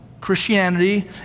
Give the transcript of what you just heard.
Christianity